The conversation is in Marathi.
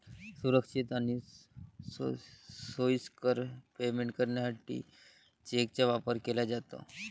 सुरक्षित आणि सोयीस्कर पेमेंट करण्यासाठी चेकचा वापर केला जातो